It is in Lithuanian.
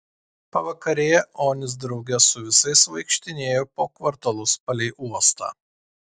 pavakarėje onis drauge su visais vaikštinėjo po kvartalus palei uostą